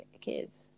kids